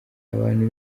abantu